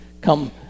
come